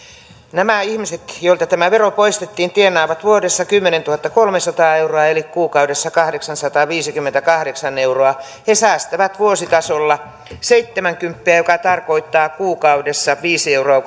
nämä ihmiset joilta tämä vero poistettiin tienaavat vuodessa kymmenentuhattakolmesataa euroa eli kuukaudessa kahdeksansataaviisikymmentäkahdeksan euroa he säästävät vuositasolla seitsemänkymppiä joka tarkoittaa kuukaudessa viisi euroa